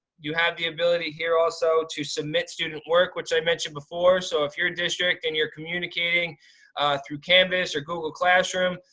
you have the ability here also to submit student work which i mentioned before. so if you're a district and you're communicating through canvas or google classroom,